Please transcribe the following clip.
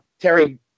Terry